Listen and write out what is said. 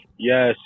yes